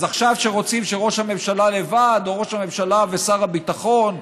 אז עכשיו רוצים שראש הממשלה לבד או ראש הממשלה ושר הביטחון.